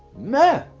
meh.